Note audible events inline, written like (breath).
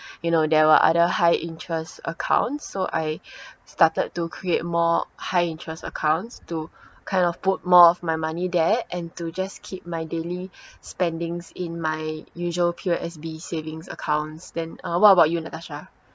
(breath) you know there were other high interest accounts so I (breath) started to create more high interest accounts to kind of put more of my money there and to just keep my daily (breath) spendings in my usual P_O_S_B savings accounts then uh what about you natasha